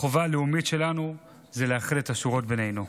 החובה הלאומית שלנו היא לאחד את השורות בינינו.